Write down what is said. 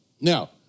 Now